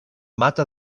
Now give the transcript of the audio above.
mata